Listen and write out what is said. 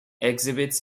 exhibits